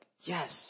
yes